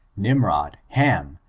nimrod, ham,